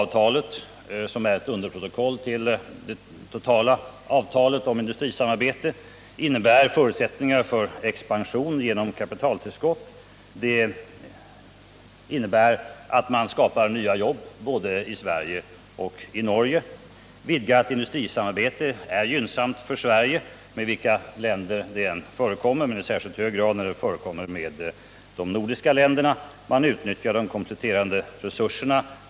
Volvoavtalet innebär förutsättningar för expansion genom kapitaltillskott, vilket är betydelsefullt för nya jobb både i Sverige och i Norge. Vidgat internationellt industrisamarbete är gynnsamt för Sverige, i särskilt hög grad när det förekommer med de nordiska länderna. Man utnyttjar de kompletterande resurserna.